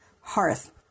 hearth